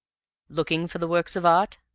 looking for the works of art?